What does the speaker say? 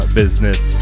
business